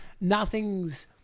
Nothing's